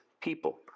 people